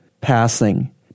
passing